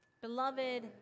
beloved